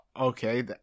Okay